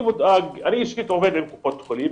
אני עובד עם שתי קופות חולים,